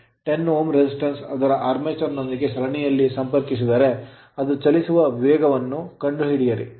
10 Ω resistance ಪ್ರತಿರೋಧವನ್ನು ಅದರ armature armature ನೊಂದಿಗೆ ಸರಣಿಯಲ್ಲಿ ಸಂಪರ್ಕಿಸಿದರೆ ಅದು ಚಲಿಸುವ ವೇಗವನ್ನು ಕಂಡುಹಿಡಿಯಿರಿ